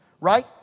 Right